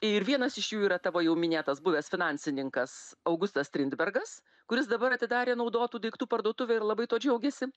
ir vienas iš jų yra tavo jau minėtas buvęs finansininkas augustas strindbergas kuris dabar atidarė naudotų daiktų parduotuvę ir labai tuo džiaugiasi